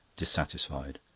dissatisfied.